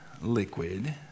liquid